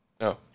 No